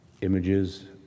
images